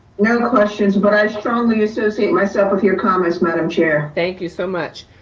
no questions, but i strongly associate myself with your comments, madam chair. thank you so much.